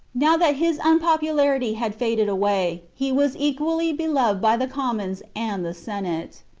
now that his unpopularity had faded away, he was equally beloved by the commons and the senate.